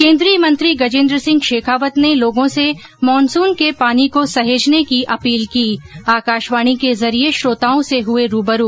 केन्द्रीय मंत्री गजेन्द्र सिंह शेखावत ने लोगो से मानसून के पानी को सहेजने की अपील की आकाशवाणी के जरिये श्रोताओं से हुये रूबरू